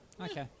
Okay